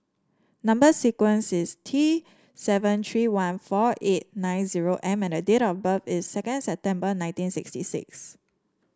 number sequence is T seven tree one four eight nine zero M and date of birth is second September nineteen sixty six